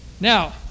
now